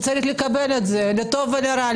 וצריך לקבל את זה, לטוב ולרע.